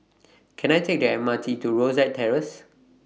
Can I Take The M R T to Rosyth Terrace